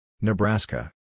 Nebraska